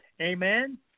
Amen